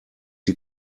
die